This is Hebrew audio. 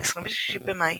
26 במאי